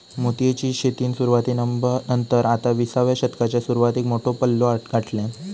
मोतीयेची शेतीन सुरवाती नंतर आता विसाव्या शतकाच्या सुरवातीक मोठो पल्लो गाठल्यान